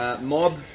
mob